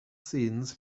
scenes